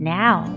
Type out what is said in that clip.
now